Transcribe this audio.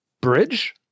bridge